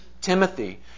Timothy